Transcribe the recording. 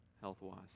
health-wise